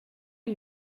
lui